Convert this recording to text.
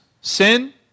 Sin